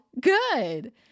good